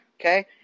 okay